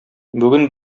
бүген